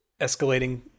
escalating